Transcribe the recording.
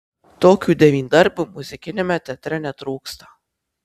tokių devyndarbių muzikiniame teatre netrūksta